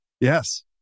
Yes